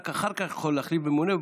רק אחר כך הוא יכול להחליף ממונה.